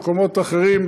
במקומות אחרים,